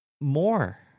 more